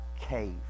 cave